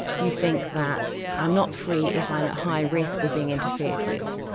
you think that i'm not free if i'm at high risk of being interfered with.